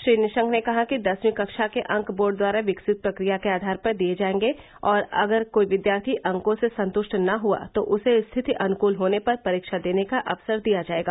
श्री निशंक ने कहा कि दसवीं कक्षा के अंक बोर्ड द्वारा विकसित प्रक्रिया के आधार पर दिए जाएंगे और अगर कोई विद्यार्थी अंकों से संतृष्ट न हुआ तो उसे स्थिति अनुकूल होने पर परीक्षा देने का अवसर दिया जाएगा